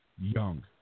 young